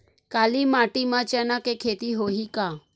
काली माटी म चना के खेती होही का?